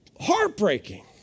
Heartbreaking